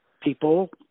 people